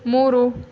ಮೂರು